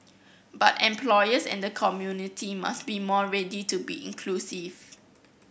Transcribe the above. but employers and the community must be more ready to be inclusive